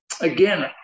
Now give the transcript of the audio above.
again